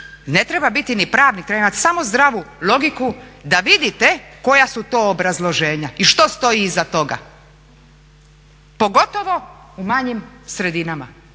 ne treba biti ni pravnik, treba imati samo zdravu logiku da vidite koja su to obrazloženja i što stoji iza toga, pogotovo u manjim sredinama.